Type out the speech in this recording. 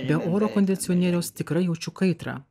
be oro kondicionieriaus tikrai jaučiu kaitrą